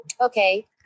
Okay